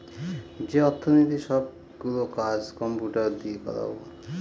যে অর্থনীতির সব গুলো কাজ কম্পিউটার দিয়ে করাবো